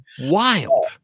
wild